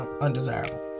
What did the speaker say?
undesirable